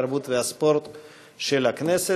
התרבות והספורט נתקבלה.